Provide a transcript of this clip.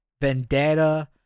Vendetta